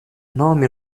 nomi